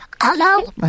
Hello